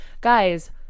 Guys